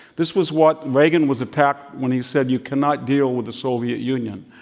this was what reagan was attacked when he said, you cannot deal with the soviet union.